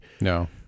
No